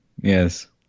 yes